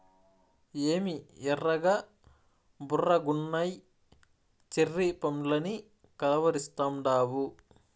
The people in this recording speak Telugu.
ఏమి ఎర్రగా బుర్రగున్నయ్యి చెర్రీ పండ్లని కలవరిస్తాండావు